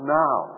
now